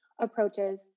approaches